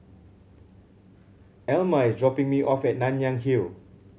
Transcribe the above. Elma is dropping me off at Nanyang Hill